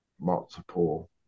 multiple